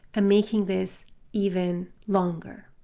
ah making this even longer.